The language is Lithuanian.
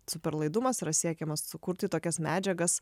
superlaidumas yra siekiama sukurti tokias medžiagas